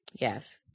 Yes